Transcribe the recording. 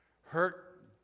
Hurt